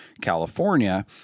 California